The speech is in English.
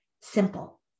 Simple